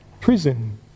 prison